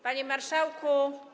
Panie Marszałku!